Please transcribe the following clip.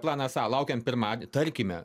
planas a laukiam pirmad tarkime